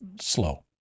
slow